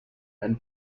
and